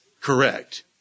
correct